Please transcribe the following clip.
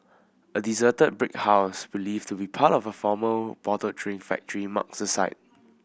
a deserted brick house believed to be part of a former bottled drink factory marks the site